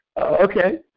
Okay